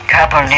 Couple